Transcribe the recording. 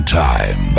time